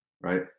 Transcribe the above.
right